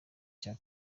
cya